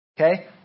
Okay